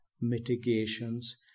mitigations